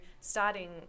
starting